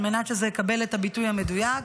על מנת שזה יקבל את הביטוי המדויק.